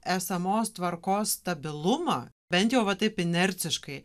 esamos tvarkos stabilumą bent jau va taip inerciškai